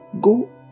go